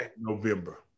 November